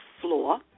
floor